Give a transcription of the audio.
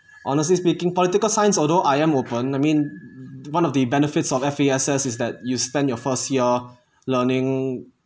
honestly speaking political science although I am open I mean one of the benefits of F_A_S_S is that you spend your first year learning